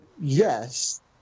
yes